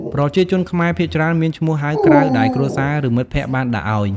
ប្រជាជនខ្មែរភាគច្រើនមានឈ្មោះហៅក្រៅដែលគ្រួសារ ឬមិត្តភក្តិបានដាក់ឲ្យ។